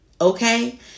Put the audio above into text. Okay